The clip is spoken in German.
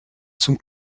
zum